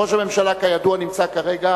ראש הממשלה, כידוע, נמצא כרגע